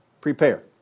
prepare